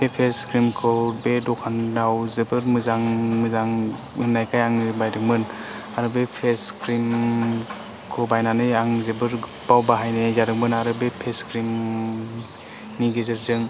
बे फेस क्रिमखौ बे दखानाव जोबोद मोजां मोननायखाय आङो बायदोंमोन आरो बे फेस क्रिमखौ बायनानै आं जोबोद बाहायनाय जादोंमोन आरो बे फेस क्रिमनि गेजेरजों